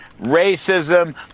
racism